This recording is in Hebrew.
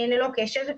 ללא קשר,